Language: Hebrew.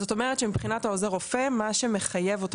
זאת אומרת שמבחינת עוזר הרופא מה שמחייב אותו